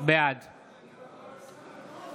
בעד